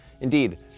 Indeed